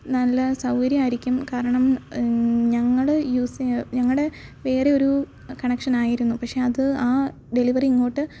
നല്ല സൗകര്യമായിരിക്കും കാരണം ഞങ്ങൾ യൂസ് ഞങ്ങളുടെ വേറെയൊരു കണക്ഷനായിരുന്നു പക്ഷേ അത് ആ ഡെലിവറി ഇങ്ങോട്ട്